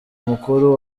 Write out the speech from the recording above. mukuru